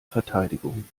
verteidigung